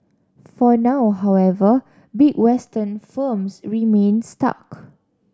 for now however big Western firms remain stuck